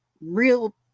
real